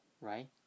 right